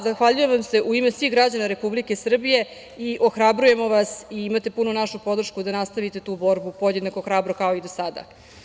Zahvaljujem vam se u ime svih građana Republike Srbije i ohrabrujemo vas i imate punu našu podršku da nastavite tu borbu podjednako hrabro kao i do sada.